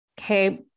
Okay